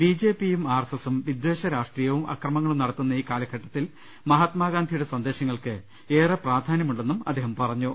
B J പിയും R S എസും വിദ്ധേഷ രാഷ്ട്രീയവുംഅക്ര മങ്ങളും നടത്തുന്ന ഈ കാലഘട്ടത്തിൽ മഹാത്മാഗാന്ധിയുടെ സന്ദേശങ്ങൾക്ക് ഏറെ പ്രാധാന്യമുണ്ടെന്നും അദ്ദേഹം പറഞ്ഞു